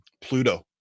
Pluto